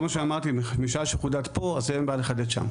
כל מה שאמרתי, משעה שחודד פה, אין בעיה לחדד שם.